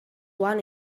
one